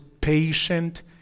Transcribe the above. patient